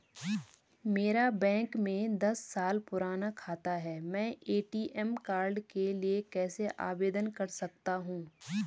मेरा बैंक में दस साल पुराना खाता है मैं ए.टी.एम कार्ड के लिए कैसे आवेदन कर सकता हूँ?